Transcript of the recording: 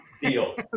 Deal